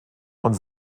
und